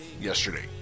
yesterday